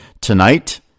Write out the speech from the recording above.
Tonight